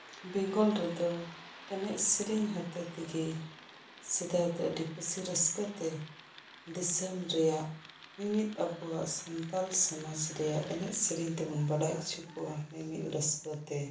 ᱵᱮᱝᱜᱚᱞ ᱨᱮᱫᱚ ᱮᱱᱮᱡ ᱥᱤᱨᱤᱧ ᱦᱚᱛᱮ ᱛᱮᱜᱮ ᱥᱮᱫᱟᱭ ᱫᱚ ᱟᱹᱰᱤ ᱠᱩᱥᱤ ᱨᱟᱹᱥᱠᱟᱹ ᱛᱮ ᱫᱤᱥᱟᱹᱢ ᱨᱮᱭᱟᱜ ᱢᱤᱢᱤᱫ ᱟᱵᱩᱣᱟᱜ ᱥᱟᱱᱛᱟᱞ ᱥᱚᱢᱟᱡ ᱨᱮᱭᱟᱜ ᱮᱱᱮᱡ ᱥᱤᱨᱤᱧ ᱛᱮᱵᱩᱱ ᱵᱟᱰᱟᱭ ᱩᱪᱩᱠᱚᱣᱟ ᱢᱤᱫ ᱨᱟᱹᱥᱠᱟᱹ ᱛᱮ